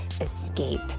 escape